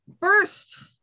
First